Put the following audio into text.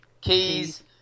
Keys